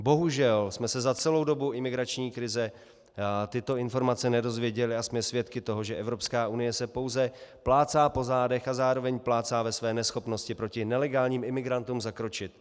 Bohužel jsme se za celou dobu imigrační krize tyto informace nedozvěděli a jsme svědky toho, že Evropská unie se pouze plácá po zádech a zároveň plácá ve své neschopnosti proti nelegálním imigrantům zakročit.